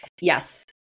Yes